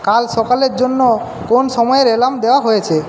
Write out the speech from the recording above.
কাল সকালের জন্য কোন সময়ের অ্যালার্ম দেওয়া হয়েছে